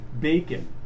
Bacon